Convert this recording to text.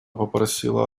попросила